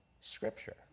Scripture